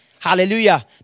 Hallelujah